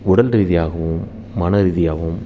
உடல் ரீதியாகவும் மன ரீதியாகவும்